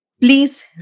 please